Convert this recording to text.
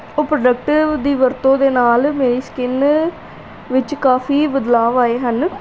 ਉਹ ਪ੍ਰੋਡਕਟ ਦੀ ਵਰਤੋਂ ਦੇ ਨਾਲ ਮੇਰੀ ਸਕਿਨ ਵਿੱਚ ਕਾਫੀ ਬਦਲਾਵ ਆਏ ਹਨ